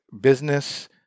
business